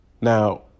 Now